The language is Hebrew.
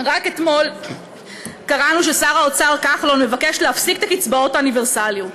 רק אתמול קראנו ששר האוצר כחלון מבקש להפסיק את הקצבאות האוניברסליות.